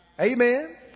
Amen